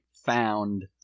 found